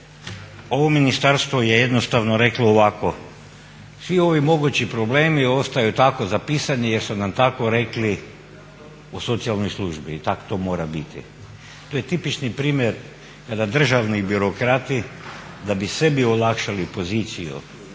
ovo ministarstvo je jednostavno reklo ovako. Svi ovi mogući problemi ostaju tako zapisani jer su nam tako rekli u socijalnoj službi i tako to mora biti. To je tipični primjer kada državni birokrati da bi sebi olakšali poziciju,